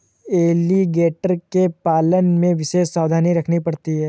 alligator के पालन में विशेष सावधानी रखनी पड़ती है